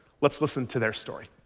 let's listen to their story.